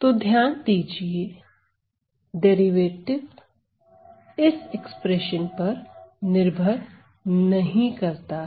तो ध्यान दीजिए डेरिवेटिव इस एक्सप्रेशन पर निर्भर नहीं करता है